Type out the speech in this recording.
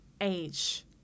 age